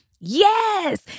Yes